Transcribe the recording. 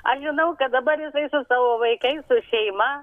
aš žinau kad dabar jisai su savo vaikais su šaima